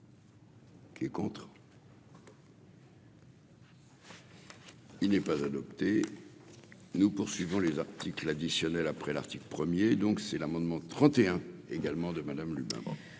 qui est pour. Il n'est pas adopté, nous poursuivons les articles additionnels après l'article premier, donc c'est l'amendement 31 également de Madame Lu